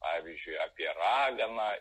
pavyzdžiui apie raganą